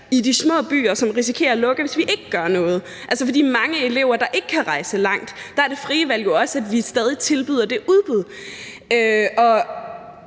i de små byer, fordi de risikerer at lukke, hvis ikke vi gør noget. For de mange elever, der ikke kan rejse langt, er det frie valg jo også, at vi stadig tilbyder det udbud.